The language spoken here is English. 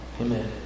Amen